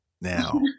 now